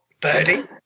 birdie